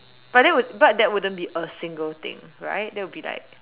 but that would but that wouldn't be a single thing right that would be like